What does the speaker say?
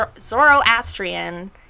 Zoroastrian